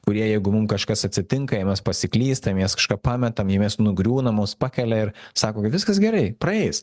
kurie jeigu mum kažkas atsitinka ir mes pasiklystam jei mes kažką pametam jei mes nugriūnam mus pakelia ir sako kad viskas gerai praeis